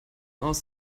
aus